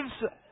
gives